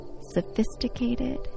sophisticated